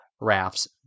rafts